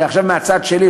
זה עכשיו מהצד שלי,